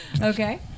Okay